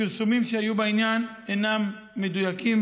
הפרסומים שהיו בעניין אינם מדויקים,